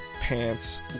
pants